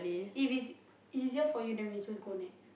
if it's easier for you then wee just go Nex